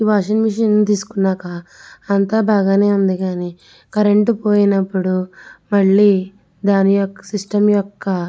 washing machine తీసుకున్నాక అంతా బాగానే ఉంది కాని కరెంటు పోయినప్పుడు మళ్ళీ దాని యొక్క సిస్టం యొక్క